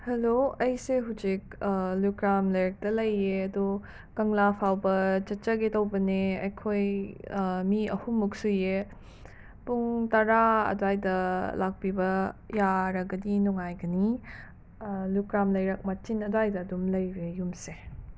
hello ꯑꯩꯁꯦ ꯍꯧꯖꯤꯛ ꯂꯨꯀ꯭ꯔꯥꯝ ꯂꯩꯔꯛꯇ ꯂꯩꯌꯦ ꯑꯗꯣ ꯀꯪꯂꯥ ꯐꯥꯎꯕ ꯆꯠꯆꯒꯦ ꯇꯧꯕꯅꯦ ꯑꯩꯈꯣꯏ ꯃꯤ ꯑꯍꯨꯝꯃꯨꯛ ꯁꯨꯏꯌꯦ ꯄꯨꯡ ꯇꯔꯥ ꯑꯗꯨꯋꯥꯏꯗ ꯂꯥꯛꯄꯤꯕ ꯌꯥꯔꯒꯗꯤ ꯅꯨꯡꯉꯥꯏꯒꯅꯤ ꯂꯨꯀ꯭ꯔꯥꯝ ꯂꯩꯔꯛ ꯃꯆꯤꯟ ꯑꯗꯨꯋꯥꯏꯗ ꯑꯗꯨꯝ ꯂꯩꯔꯦ ꯌꯨꯝꯁꯦ